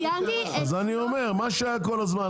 אז אני אומר מה שהיה כל הזמן,